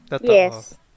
Yes